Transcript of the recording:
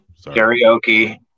karaoke